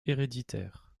héréditaires